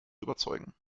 überzeugen